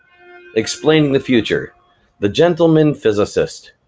explainingthefuture, the gentleman physicist,